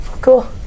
cool